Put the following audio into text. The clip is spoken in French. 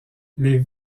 les